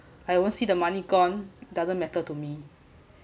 I won't see the money gone doesn't matter to me